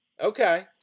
Okay